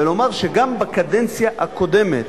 ולומר שגם בקדנציה הקודמת,